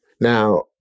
Now